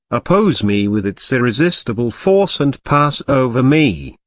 oppose me with its irresistible force and pass over me,